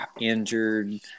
injured